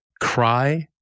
cry